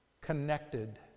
connected